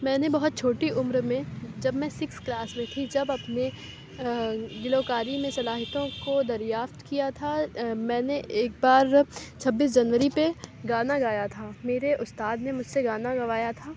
میں نے بہت چھوٹی عمر میں جب میں سیکس کلاس میں تھی جب اپنے گلوکاری میں صلاحیتوں کو دریافت کیا تھا میں نے ایک بار چھبیس جنوری پہ گانا گایا تھا میرے استاد نے مجھ سے گانا گوایا تھا